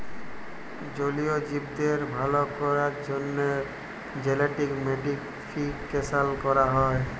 জলীয় জীবদের ভাল ক্যরার জ্যনহে জেলেটিক মডিফিকেশাল ক্যরা হয়